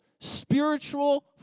spiritual